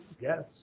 Yes